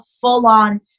full-on